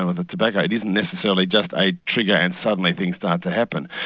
and with tobacco, it isn't necessarily just a trigger and suddenly things start to happen.